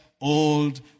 old